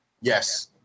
yes